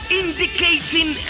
indicating